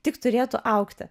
tik turėtų augti